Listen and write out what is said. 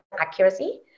accuracy